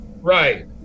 Right